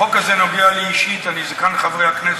החוק הזה נוגע לי אישית, אני זקן חברי הכנסת.